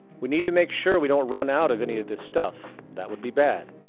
we need to make sure we don't run out of any of this stuff that would be bad.